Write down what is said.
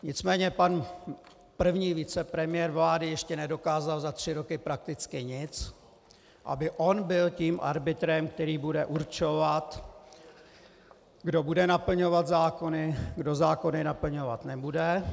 Nicméně pan první vicepremiér vlády ještě nedokázal za tři roky prakticky nic, aby on byl tím arbitrem, který bude určovat, kdo bude naplňovat zákony, kdo zákony naplňovat nebude.